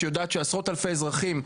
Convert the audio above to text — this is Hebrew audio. שיודעת שעשרות אלפי אזרחים,